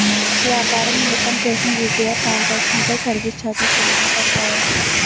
వ్యాపార నిమిత్తం చేసిన యు.పి.ఐ ట్రాన్ సాంక్షన్ పై సర్వీస్ చార్జెస్ ఏమైనా పడతాయా?